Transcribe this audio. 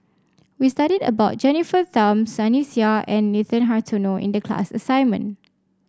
we studied about Jennifer Tham Sunny Sia and Nathan Hartono in the class assignment